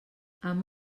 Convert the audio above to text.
amb